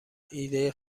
ایده